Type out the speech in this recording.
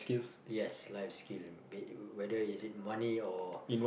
yes life skill be whether is it money or